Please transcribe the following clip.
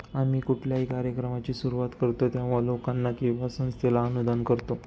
आम्ही कुठल्याही कार्यक्रमाची सुरुवात करतो तेव्हा, लोकांना किंवा संस्थेला अनुदान करतो